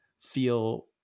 feel